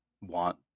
want